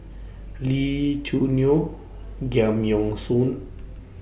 Lee Choo Neo Giam Yean Song